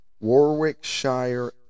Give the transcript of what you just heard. Warwickshire